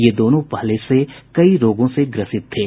ये दोनों पहले से कई रोगों से ग्रसित थे